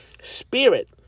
spirit